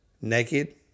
naked